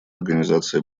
организации